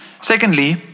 Secondly